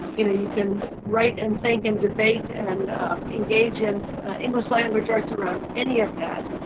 you know you can write and think and debate and engage in english language arts around any of that.